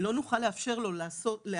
לא נוכל לאפשר לו להכשיר